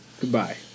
Goodbye